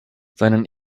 seinen